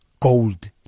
gold